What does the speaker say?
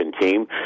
team